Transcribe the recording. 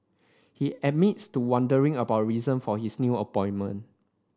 he admits to wondering about reason for his new appointment